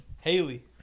Haley